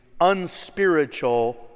unspiritual